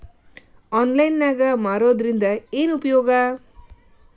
Online ನಾಗ್ ಮಾರೋದ್ರಿಂದ ಏನು ಉಪಯೋಗ?